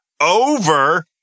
over